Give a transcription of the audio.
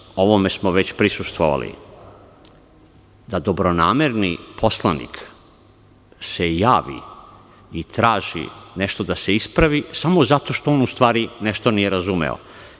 Molim vas, ovome smo već prisustvovali, da dobronamerni poslanik se javi i traži nešto da se ispravi samo zato što on u stvari nešto nije razumeo.